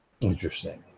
interesting